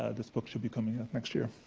ah this book should be coming out next year.